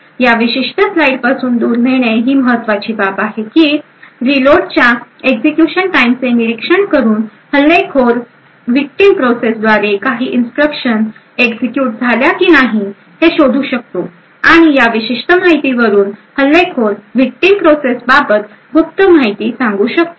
या विशिष्ट स्लाइडपासून दूर नेणे ही महत्त्वाची बाब आहे की रीलोडच्या एक्झिक्युशन टाइम् चे निरीक्षण करून हल्लेखोर विक्टिम प्रोसेस द्वारे काही इन्स्ट्रक्शन एक्झिक्युट झाल्या की नाही हे शोधू शकतो आणि या विशिष्ट माहितीवरून हल्लेखोर विक्टिम प्रोसेस बाबत गुप्त माहिती सांगू शकतो